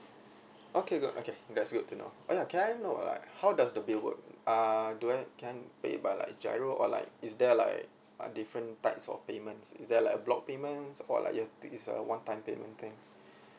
okay good okay that's good to know oh ya can I know right how does the bill work uh do I can pay but like GIRO or like is there like a different types of payments is there like a block payments or like you have to use a one time thing